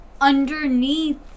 underneath